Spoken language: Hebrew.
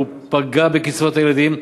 הוא פגע בקצבאות הילדים,